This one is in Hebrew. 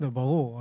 ברור.